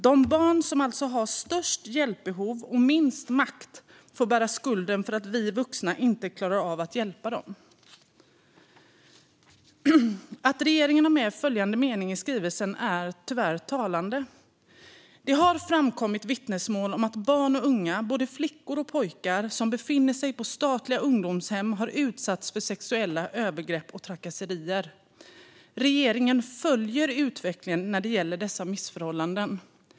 De barn som alltså har störst hjälpbehov och minst makt får bära skulden för att vi vuxna inte klarar av att hjälpa dem. Att regeringen har med följande mening i skrivelsen är tyvärr talande: Det har framkommit vittnesmål om att barn och unga, både flickor och pojkar, som befinner sig på statliga ungdomshem har utsatts för sexuella övergrepp och trakasserier. Regeringen följer utvecklingen när det gäller dessa missförhållanden.